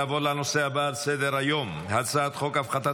נעבור לנושא הבא על סדר-היום: הצעת חוק הפחתת